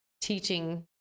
teaching